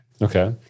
Okay